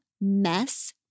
Mess